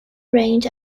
range